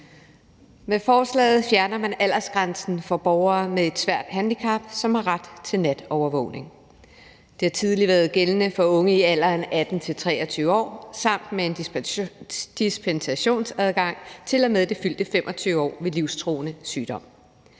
Med forslaget fjerner man aldersgrænsen for borgere med et svært handicap, som har ret til natovervågning. Det har tidligere været gældende for unge i alderen 18-23 år med en dispensationsadgang til og med det fyldte 25. år ved livstruende sygdom.